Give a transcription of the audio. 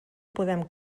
podem